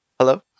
Hello